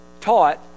taught